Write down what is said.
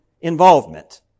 involvement